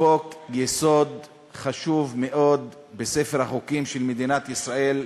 חוק-יסוד חשוב מאוד בספר החוקים של מדינת ישראל,